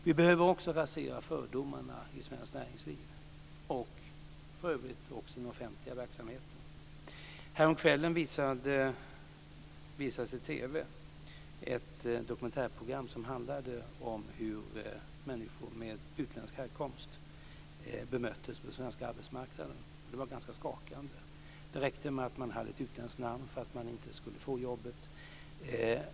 Vi behöver också rasera fördomarna i svenskt näringsliv och för övrigt också i den offentliga verksamheten. Häromkvällen visades ett dokumentärprogram på TV som handlade om hur människor med utländsk härkomst bemöttes på den svenska arbetsmarknaden. Det var ganska skakande. Det räckte med att man hade ett utländsk namn för att man inte skulle få jobbet.